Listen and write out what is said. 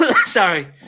Sorry